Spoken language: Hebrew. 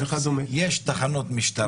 יש תחנות משטרה.